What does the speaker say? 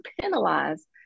penalize